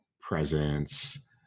presence